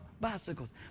bicycles